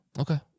okay